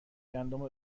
گندم